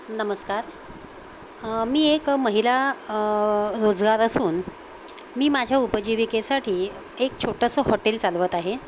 नमस्कार मी एक महिला रोजगार असून मी माझ्या उपजीविकेसाठी एक छोटंसं हॉटेल चालवत आहे